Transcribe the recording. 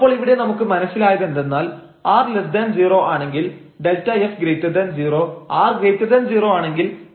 അപ്പോൾ ഇവിടെ നമുക്ക് മനസ്സിലായതെന്തെന്നാൽ r0 ആണെങ്കിൽ Δf0 r0 ആണെങ്കിൽ Δf0